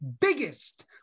biggest